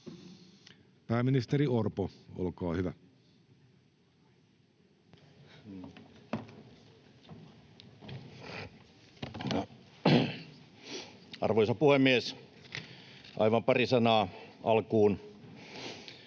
Pääministeri Orpo, olkaa hyvä. Arvoisa puhemies! Aivan pari sanaa alkuun.